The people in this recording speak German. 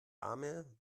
arme